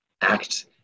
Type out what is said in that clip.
act